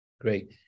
Great